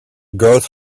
growth